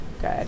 good